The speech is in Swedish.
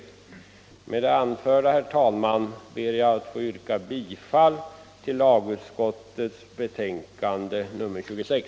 Med det anförda, herr talman, ber jag att få yrka bifall till lagutskottets hemställan i dess betänkande nr 26.